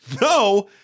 No